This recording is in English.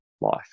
life